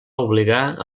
obligar